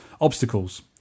obstacles